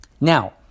Now